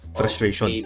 frustration